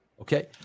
Okay